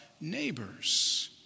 neighbors